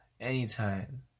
anytime